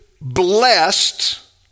blessed